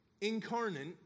incarnate